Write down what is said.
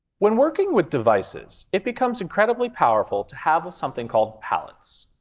when working with devices, it becomes incredibly powerful to have ah something called palettes.